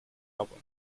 album